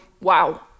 wow